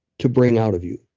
to bring out of you